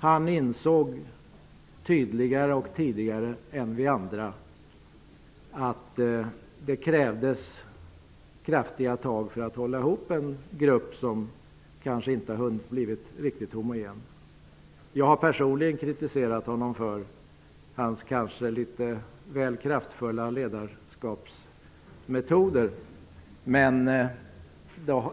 Han insåg tydligare och tidigare än vi andra att det krävdes kraftiga tag för att hålla ihop en grupp som kanske inte har hunnit bli riktigt homogen. Jag har personligen kritiserat honom för hans kanske litet väl kraftfulla ledarskapsmetoder, men